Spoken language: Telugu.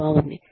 అది బాగుంది